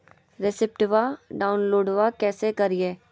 रेसिप्टबा डाउनलोडबा कैसे करिए?